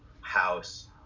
house